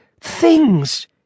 things